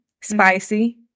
spicy